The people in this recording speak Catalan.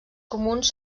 comuns